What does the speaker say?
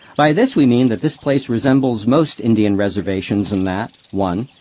by this we mean that this place resembles most indian reservations in that one.